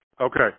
Okay